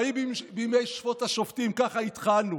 "ויהי בימי שפט השפטים" ככה התחלנו,